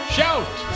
Shout